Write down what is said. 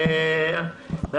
בשירות לאומי.